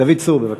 דוד צור, בבקשה.